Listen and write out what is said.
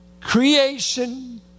creation